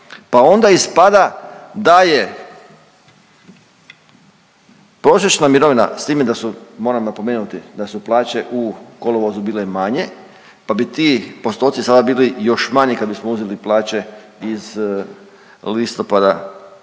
pa onda ispada da je prosječna mirovina, s time da su, moram napomenuti da su plaće u kolovozu bile manje, pa bi ti postoci sada bili još manji kad bismo uzeli plaće iz listopada